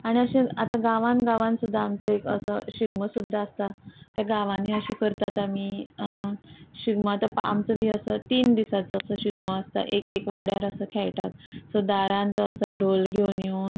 आनी अशे आतां गांवान गांवान सुद्दां आमचो एक असो शिगमो सुद्दां आसता त्या गांवांनी अशें करतात आमी शिगमो तो आमचो बी असो तीन दिसाचो असो शिगमो आसता एक एक वाड्यार असो खेळटात सो दारान तो असो ढोल घेवन येवन